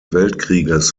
weltkrieges